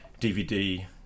DVD